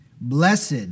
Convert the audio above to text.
Blessed